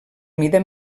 mida